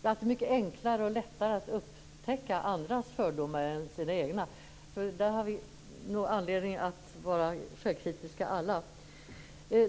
Det är alltid mycket lättare att upptäcka andras fördomar än sina egna, så vi har nog alla anledning att vara självkritiska.